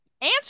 Answer